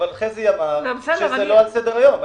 אבל חזי אמר שזה לא על סדר-היום.